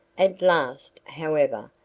at last, however,